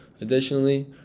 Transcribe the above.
Additionally